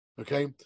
Okay